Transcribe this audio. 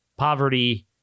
Poverty